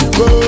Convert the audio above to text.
go